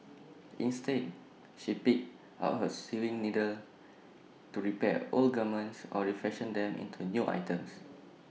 instead she picks up her sewing needle to repair old garments or refashion them into new items